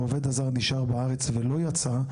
העובד הזר נשאר בארץ ולא יצא,